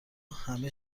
همه